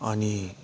अनि